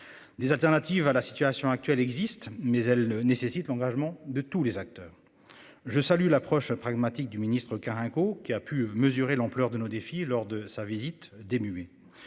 Des alternatives à la situation actuelle existe mais elle nécessite l'engagement de tous les acteurs. Je salue l'approche pragmatique du ministre-Carenco qui a pu mesurer l'ampleur de nos défis lors de sa visite début